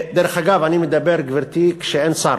דרך אגב, אני מדבר, גברתי, כשאין שר.